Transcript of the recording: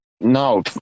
no